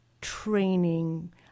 training